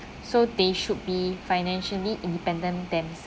so they should be financially independent themselves